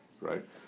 Right